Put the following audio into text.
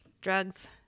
drugs